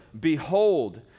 Behold